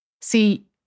See